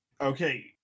Okay